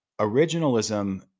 originalism